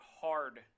hard